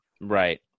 Right